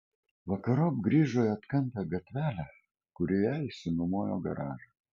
vakarop grįžo į atkampią gatvelę kurioje išsinuomojo garažą